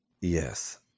Yes